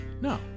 No